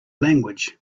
language